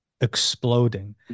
exploding